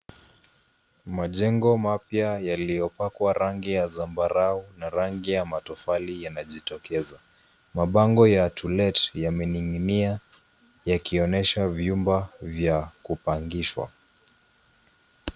Majengo mapya yaliyopakwa rangi ya zambarau na rangi ya matofali yanajitokeza. Mabango ya to let yamening'inia yakionyesha vyumba vya kupangishwa.